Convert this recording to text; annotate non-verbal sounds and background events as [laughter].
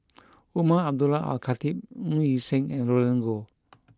[noise] Umar Abdullah Al Khatib Ng Yi Sheng and Roland Goh